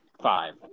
five